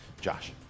Josh